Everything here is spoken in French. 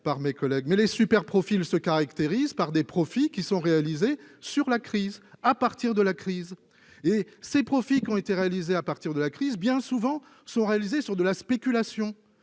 par mes collègues mais les super, il se caractérise par des profits qui sont réalisés sur la crise à partir de la crise et ses profits qui ont été réalisées à partir de la crise, bien souvent, sont réalisés sur de la spéculation,